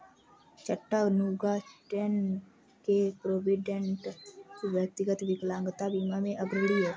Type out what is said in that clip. Chattanooga, Tenn के Provident, व्यक्तिगत विकलांगता बीमा में अग्रणी हैं